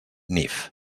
nif